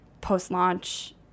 post-launch